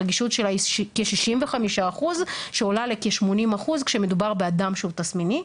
הרגישות שלה היא כ-65% שעולה לכ-80% כשמדובר באדם שהוא תסמיני.